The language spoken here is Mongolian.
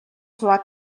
цуваа